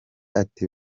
ati